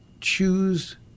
choose